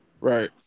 Right